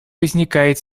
возникает